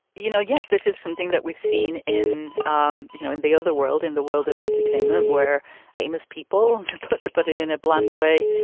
you know, yes, this is something that we've seen in um you know, in the other world, in the world of entertainment, where famous people have and put to put it in a bland way,